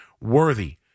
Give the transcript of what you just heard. worthy